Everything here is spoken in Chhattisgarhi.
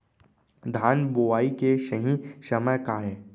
धान बोआई के सही समय का हे?